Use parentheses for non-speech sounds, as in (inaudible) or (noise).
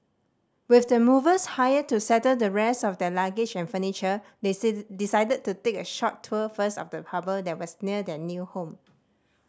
with the movers hired to settle the rest of their luggage and furniture they (unintelligible) decided to take a short tour first of the harbour that was near their new home